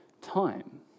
time